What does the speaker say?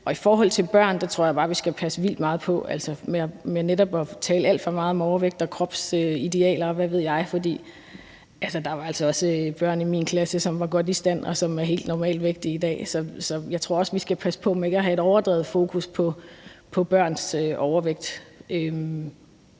I forhold til børn tror jeg bare vi skal passe vildt meget på med netop at tale alt for meget om overvægt og kropsidealer, og hvad ved jeg. Der var altså også børn i min klasse, som var godt i stand, og som er helt normalvægtige i dag. Så jeg tror, vi skal passe på med ikke at have et overdrevet fokus på børns overvægt.